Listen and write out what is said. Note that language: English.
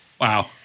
Wow